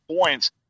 points